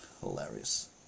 Hilarious